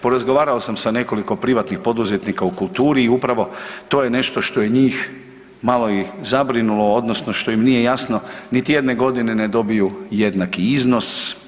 Porazgovarao sam sa nekoliko privatnih poduzetnika u kulturi i upravo to je nešto što je njih malo i zabrinulo, odnosno što im nije jasno niti jedne godine ne dobiju jednaki iznos.